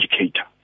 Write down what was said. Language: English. educator